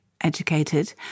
educated